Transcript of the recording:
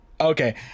Okay